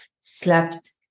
slept